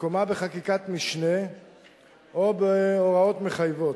מקומה בחקיקת משנה או בהוראות מחייבות.